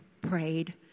prayed